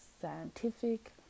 scientific